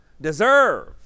deserve